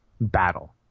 battle